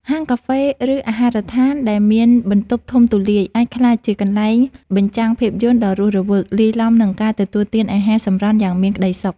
ហាងកាហ្វេ ឬអាហារដ្ឋានដែលមានបន្ទប់ធំទូលាយ អាចក្លាយជាកន្លែងបញ្ចាំងភាពយន្តដ៏រស់រវើក លាយឡំនឹងការទទួលទានអាហារសម្រន់យ៉ាងមានក្តីសុខ។